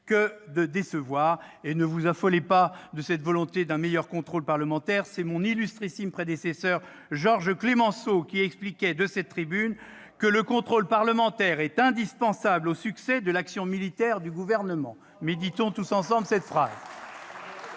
que de décevoir. Ne vous affolez pas devant la volonté d'un contrôle parlementaire. Mon illustrissime prédécesseur Georges Clemenceau expliquait de cette tribune que le contrôle parlementaire est indispensable au succès de l'action militaire du gouvernement. Bravo ! Méditons tous ensemble cette phrase.